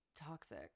toxic